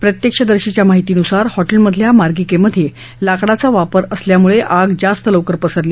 प्रत्यक्षदर्शींच्या माहितीनुसार हॉटेलमधल्या मार्गिकेमध्ये लाकडाचा वापर असल्यामुळे आग जास्त लवकर पसरली